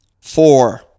four